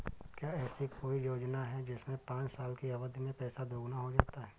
क्या ऐसी कोई योजना है जिसमें पाँच साल की अवधि में पैसा दोगुना हो जाता है?